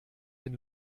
den